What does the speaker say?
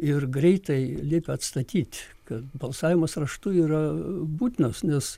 ir greitai liko atstatyt kad balsavimus raštu yra būtinas nes